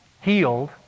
healed